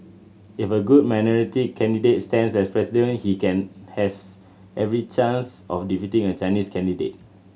if a good minority candidate stands as President he can has every chance of defeating a Chinese candidate